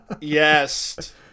yes